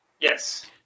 Yes